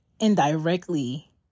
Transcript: indirectly